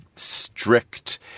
strict